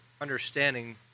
understanding